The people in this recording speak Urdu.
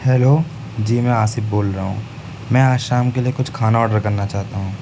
ہیلو جی میں آصف بول رہا ہوں میں آج شام کے لیے کچھ کھانا آرڈر کرنا چاہتا ہوں